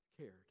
cared